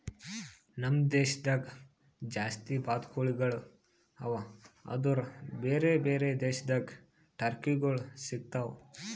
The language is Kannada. ನಮ್ ದೇಶದಾಗ್ ಜಾಸ್ತಿ ಬಾತುಕೋಳಿಗೊಳ್ ಅವಾ ಆದುರ್ ಬೇರೆ ಬೇರೆ ದೇಶದಾಗ್ ಟರ್ಕಿಗೊಳ್ ಸಿಗತಾವ್